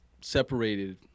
separated